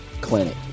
clinic